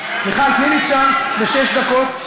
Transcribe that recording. מיכל, תני לי צ'אנס בשש דקות.